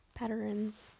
patterns